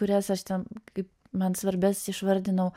kurias aš ten kaip man svarbias išvardinau